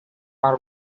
her